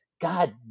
God